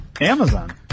Amazon